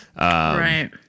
right